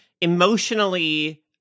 emotionally